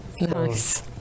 Nice